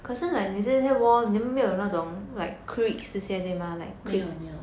没有没有